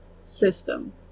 system